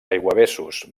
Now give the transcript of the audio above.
aiguavessos